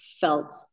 felt